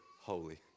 holy